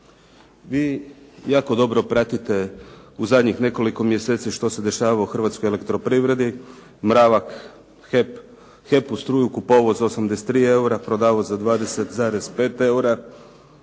Vi jako dobro pratite u zadnjih nekoliko mjeseci što se dešava u "Hrvatskoj elektroprivredi", Mravak HEP-u struju kupovao za 83 eura, prodavao za 20,5 eura,